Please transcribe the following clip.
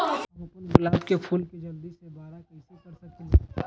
हम अपना गुलाब के फूल के जल्दी से बारा कईसे कर सकिंले?